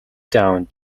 down